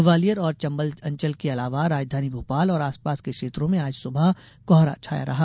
ग्वालियर और चंबल अंचल के अलावा राजधानी भोपाल और आसपास के क्षेत्रों में आज सुबह कोहरा छाया रहा